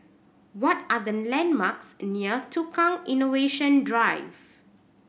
what are the landmarks near Tukang Innovation Drive